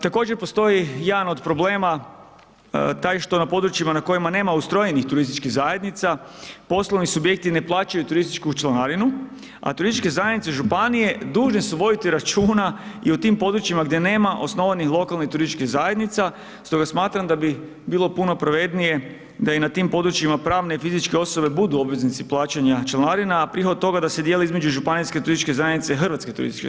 Također postoji jedan od problema taj što na područjima na kojima nema ustrojenih turističkih zajednica, poslovni subjekti ne plaćaju turističku članarinu, a turističke zajednice i županije, dužne su voditi računa i u tim područjima gdje nema osnovanih lokalnih turističkih zajednica, stoga smatram da bi bilo puno pravednije da i na tim područjima pravne i fizičke osobe budu obveznici plaćanja članarina, a prihod toga da se dijeli između županijske turističke zajednice i HTZ-a.